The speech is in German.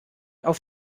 auf